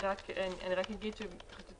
אני רק אגיד שרציתי